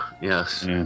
yes